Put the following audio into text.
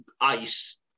ice